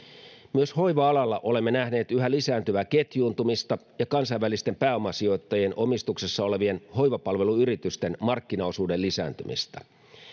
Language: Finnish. myös hoiva alalla olemme nähneet yhä lisääntyvää ketjuuntumista ja kansainvälisten pääomasijoittajien omistuksessa olevien hoivapalveluyritysten markkinaosuuden lisääntymistä